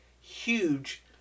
huge